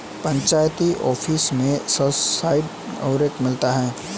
panchayat office में subsidised उर्वरक मिल रहे हैं